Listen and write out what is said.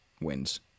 wins